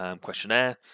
questionnaire